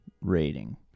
rating